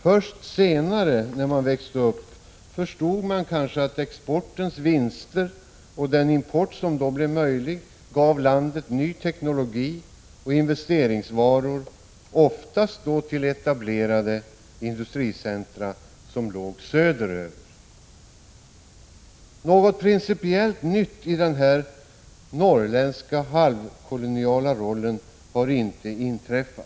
Först senare, när man växte upp, förstod man kanske att exportens vinster och den import som då blev möjlig gav landet ny teknologi och investeringsvaror, oftast då till etablerade industricentra som låg söderöver. Något principiellt nytt i denna norrländska halvkoloniala roll har inte inträffat.